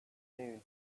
noon